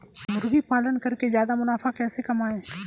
मुर्गी पालन करके ज्यादा मुनाफा कैसे कमाएँ?